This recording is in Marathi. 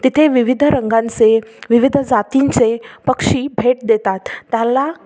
तेथे विविध रंगांचे विविध जातींचे पक्षी भेट देतात त्याला